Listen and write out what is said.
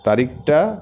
তারিখটা